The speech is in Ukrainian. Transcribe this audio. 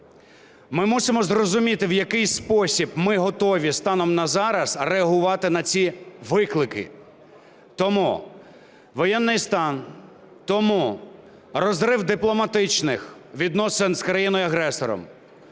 Ми мусимо зрозуміти, в який спосіб ми готові станом на зараз реагувати на ці виклики. Тому воєнний стан; тому розрив дипломатичних відносин з країною-агресором,